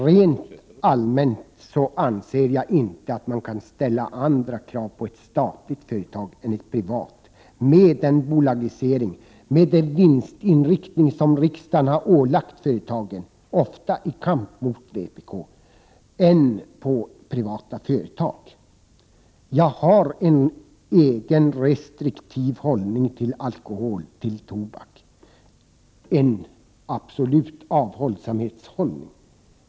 Rent allmänt anser jag inte att man kan ställa andra krav på ett statligt företag än på ett privat, med den bolagisering och den vinstinriktning som riksdagen har ålagt företagen, ofta i kamp mot vpk. Jag har en egen restriktiv hållning till alkohol och till tobak, en absolut avhållsamhetshållning.